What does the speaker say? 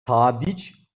tadiç